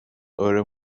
eure